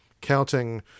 counting